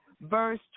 verse